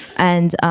and,